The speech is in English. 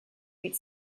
meet